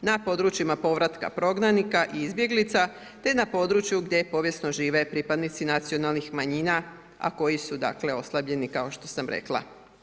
na područjima povratka prognanika i izbjeglica, te na području gdje povijesno žive pripadnici nacionalnih manjina, a koji su dakle oslabljeni, kao što sam rekla.